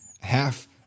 half